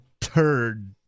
turd